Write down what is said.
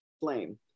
flame